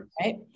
Right